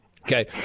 Okay